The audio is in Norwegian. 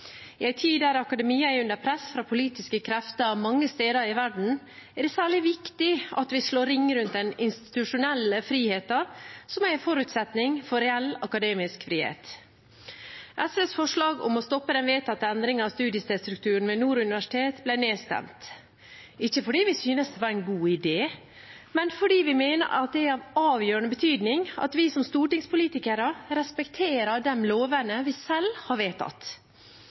I en tid der akademia er under press fra politiske krefter mange steder i verden, er det særlig viktig at vi slår ring rundt den institusjonelle friheten, som er en forutsetning for reell akademisk frihet. SVs forslag om å stoppe den vedtatte endringen av studiestedsstrukturen ved Nord universitet ble nedstemt, ikke fordi vi syntes det var en god idé, men fordi vi mener at det er av avgjørende betydning at vi som stortingspolitikere respekterer de lovene vi selv har vedtatt.